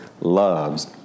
loves